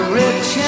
rich